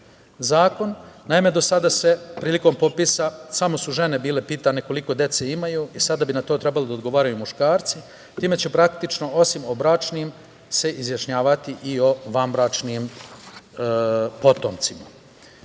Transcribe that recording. zakon. Naime, do sada se prilikom popisa, samo su žene bile pitane koliko dece imaju. Sada bi na to trebalo da odgovaraju muškarci, time će praktično osim o bračnim se izjašnjavati i o vanbračnim potomcima. Obavljen